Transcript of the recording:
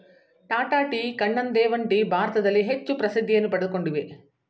Tata tea, Kannan Devan tea ಭಾರತದಲ್ಲಿ ಹೆಚ್ಚು ಪ್ರಸಿದ್ಧಿಯನ್ನು ಪಡಕೊಂಡಿವೆ